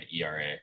ERA